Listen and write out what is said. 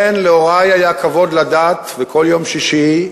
כן, להורי היה כבוד לדת, וכל יום שישי,